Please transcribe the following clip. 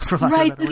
Right